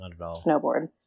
snowboard